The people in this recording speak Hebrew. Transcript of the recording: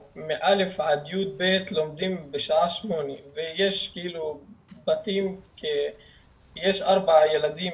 מא'-י"ב לומדים בשעה 8:00 ויש בתים עם ארבעה ילדים